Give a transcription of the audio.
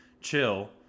chill